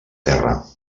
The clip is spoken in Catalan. terra